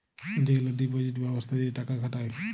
যেগলা ডিপজিট ব্যবস্থা দিঁয়ে টাকা খাটায়